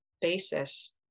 basis